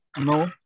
no